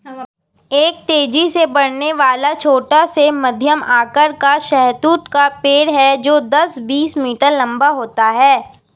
एक तेजी से बढ़ने वाला, छोटा से मध्यम आकार का शहतूत का पेड़ है जो दस, बीस मीटर लंबा होता है